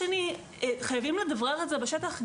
חייבים לדברר את זה בשטח,